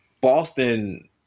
Boston